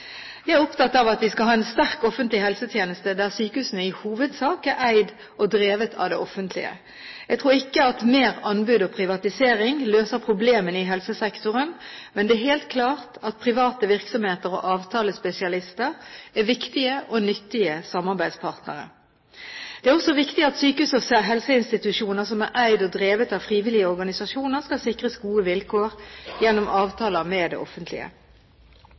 Jeg er opptatt av at vi skal ha en sterk offentlig helsetjeneste der sykehusene i hovedsak er eid og drevet av det offentlige. Jeg tror ikke at mer anbud og privatisering løser problemene i helsesektoren, men det er helt klart at private virksomheter og avtalespesialister er viktige og nyttige samarbeidspartnere. Det er også viktig at sykehus og helseinstitusjoner som er eid og drevet av frivillige organisasjoner, skal sikres gode vilkår gjennom avtaler med det offentlige.